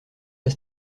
pas